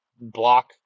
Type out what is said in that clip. block